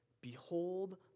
Behold